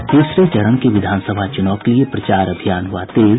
और तीसरे चरण के विधानसभा चुनाव के लिए प्रचार अभियान हुआ तेज